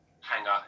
hangar